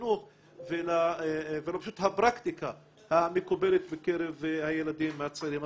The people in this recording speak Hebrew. החינוך ופשוט הפרקטיקה המקובלת בקרב הילדים הצעירים,